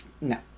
No